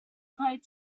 played